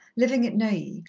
living at neuilly,